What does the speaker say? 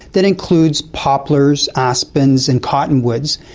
that includes poplars, aspens and cottonwoods,